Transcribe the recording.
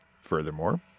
Furthermore